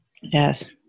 Yes